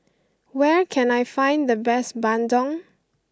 where can I find the best Bandung